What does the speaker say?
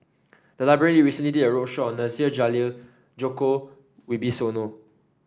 the library recently did a roadshow on Nasir Jalil Djoko Wibisono